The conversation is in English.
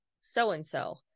so-and-so